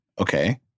Okay